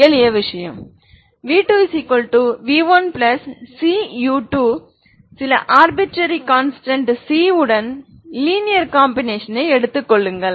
எளிய விஷயம் v2v1cu2 சில ஆர்பிற்றரி கான்ஸ்டன்ட் c உடன் லீனியர் காம்பினேஷன் எடுத்துக் கொள்ளுங்கள்